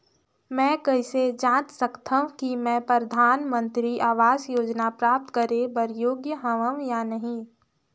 मैं कइसे जांच सकथव कि मैं परधानमंतरी आवास योजना प्राप्त करे बर योग्य हववं या नहीं?